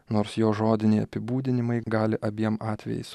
nors jo žodiniai apibūdinimai gali abiem atvejais